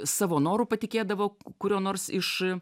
savo noru patikėdavo kurio nors iš